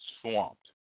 swamped